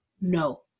no